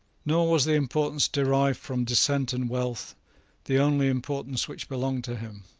nor was the importance derived from descent and wealth the only importance which belonged to him.